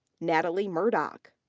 natalie murdock.